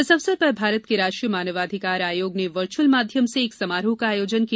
इस अवसर पर भारत के राष्ट्रीय मानवाधिकार आयोग ने वर्च्अल माध्यम से एक समारोह का आयोजन किया